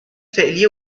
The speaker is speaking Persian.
فعلی